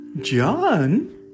John